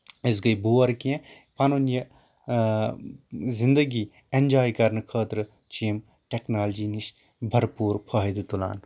أسۍ گٔے بور کیٚنٛہہ پَنُن یہِ زنٛدگی ایٚنجاے کرنہٕ خٲطرٕ چھِ یِم ٹیٚکنالجی نِش برپوٗر فٲیدٕ تُلان